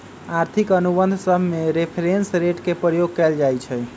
आर्थिक अनुबंध सभमें रेफरेंस रेट के प्रयोग कएल जाइ छइ